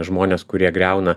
žmonės kurie griauna